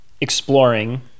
exploring